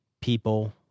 people